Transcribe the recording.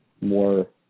more